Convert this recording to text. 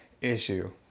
issue